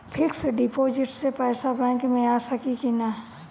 Fix deposit से पैसा bank मे आ सकी कि ना?